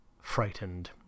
frightened